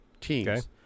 teams